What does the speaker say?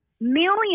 millions